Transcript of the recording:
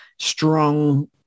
strong